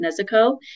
Nezuko